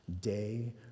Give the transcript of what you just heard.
day